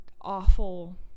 awful